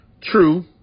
True